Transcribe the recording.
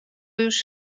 już